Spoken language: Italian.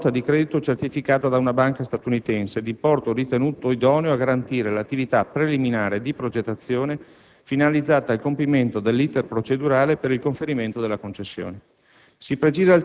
nonché da una nota di credito certificata da una banca statunitense d'importo ritenuto idoneo a garantire l'attività preliminare di progettazione finalizzata al compimento dell'*iter* procedurale per il conferimento della concessione.